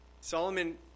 Solomon